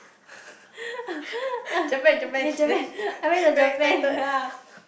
Japan I went to Japan ya